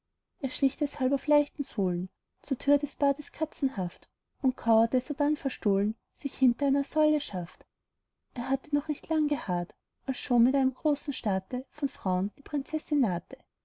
schlich deshalb auf leichten sohlen zur tür des bades katzenhaft und kauerte sodann verstohlen sich hinter einer säule schaft er hatte noch nicht lang geharrt als schon mit einem großen staate von frauen die prinzessin nahte